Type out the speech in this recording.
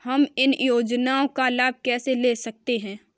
हम इन योजनाओं का लाभ कैसे ले सकते हैं?